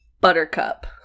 Buttercup